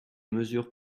mesures